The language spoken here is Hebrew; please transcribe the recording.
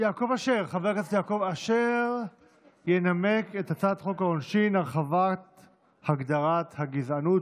חבר הכנסת יעקב אשר ינמק את הצעת חוק העונשין (הרחבת הגדרת הגזענות),